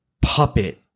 puppet